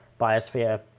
Biosphere